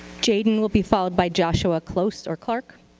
jayden will be followed by joshua close or clark.